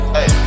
Hey